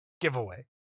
giveaway